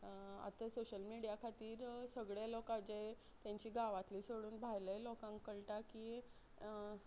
आतां social media खातीर सगळे लोकां जे तेंची गांवांतली सोडून भायले लोकांक कळटा की